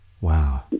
Wow